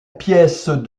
pièce